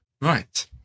right